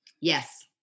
Yes